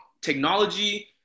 technology